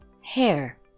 hair